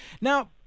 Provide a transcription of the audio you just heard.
Now